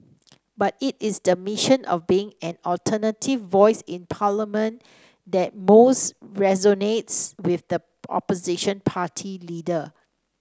but it is the mission of being an alternative voice in Parliament that most resonates with the opposition party leader